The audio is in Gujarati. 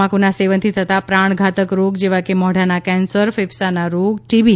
તમાકુના સેવનથી થતા પ્રાણધાતક રોગ જેવા કે મોઢાના કેન્સર ફેફસાના રોગ ટીબી